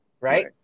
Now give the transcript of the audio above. Right